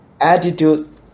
attitude